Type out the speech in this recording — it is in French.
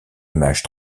image